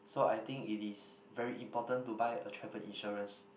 so I think it is very important to buy a travel insurance